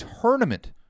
tournament